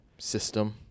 System